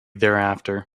thereafter